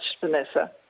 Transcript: Vanessa